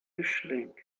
mischling